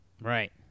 right